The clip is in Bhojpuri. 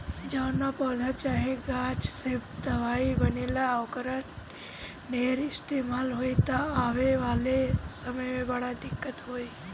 जवना पौधा चाहे गाछ से दवाई बनेला, ओकर ढेर इस्तेमाल होई त आवे वाला समय में बड़ा दिक्कत होई